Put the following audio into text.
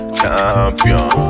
Champion